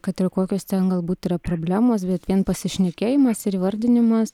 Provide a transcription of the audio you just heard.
kad ir kokios ten galbūt yra problemos bet vien pasišnekėjimas ir įvardinimas